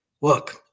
Look